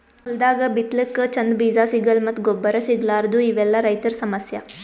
ಹೊಲ್ದಾಗ ಬಿತ್ತಲಕ್ಕ್ ಚಂದ್ ಬೀಜಾ ಸಿಗಲ್ಲ್ ಮತ್ತ್ ಗೊಬ್ಬರ್ ಸಿಗಲಾರದೂ ಇವೆಲ್ಲಾ ರೈತರ್ ಸಮಸ್ಯಾ